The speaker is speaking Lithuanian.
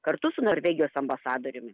kartu su norvegijos ambasadoriumi